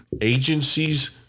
Agencies